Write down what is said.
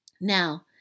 Now